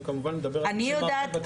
ואני כמובן מדבר בשם מערכת בתי המשפט,